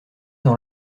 dans